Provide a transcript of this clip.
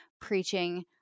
preaching